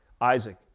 Isaac